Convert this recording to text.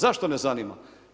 Zašto ne zanima?